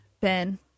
Ben